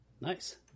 Nice